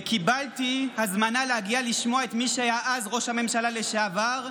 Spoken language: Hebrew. וקיבלתי הזמנה להגיע לשמוע את מי שהיה אז ראש הממשלה לשעבר,